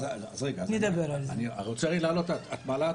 בהחלט אני לא חושב שזאת הנקודה.